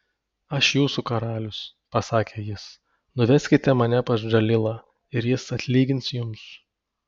aš jūsų karalius pasakė jis nuveskite mane pas džalilą ir jis atlygins jums